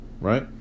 right